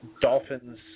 dolphins